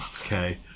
Okay